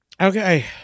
Okay